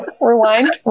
Rewind